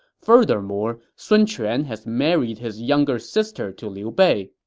furthermore, sun quan has married his younger sister to liu bei.